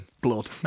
Blood